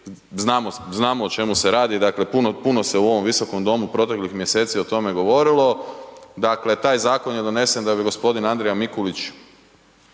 znamo o čemu se radi, dakle puno se u ovom Visokom domu proteklih mjeseci o tome govorilo, dakle taj zakon je donesen da bi g. Andrija Mikulić